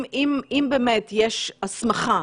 אם באמת יש הסמכה,